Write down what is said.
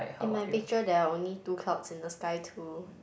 in my picture there are only two clouds in the sky too